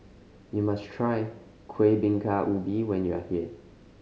you must try Kueh Bingka Ubi when you are here